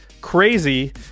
crazy